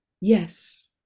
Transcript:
yes